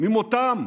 את מותם.